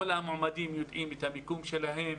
כל המועמדים יודעים את המיקום שלהם,